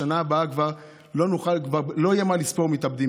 בשנה הבאה כבר לא יהיה מה לספור מתאבדים,